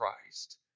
Christ